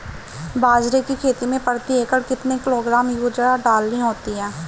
बाजरे की खेती में प्रति एकड़ कितने किलोग्राम यूरिया डालनी होती है?